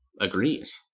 agrees